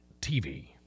TV